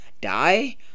die